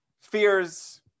fears